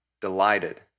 delighted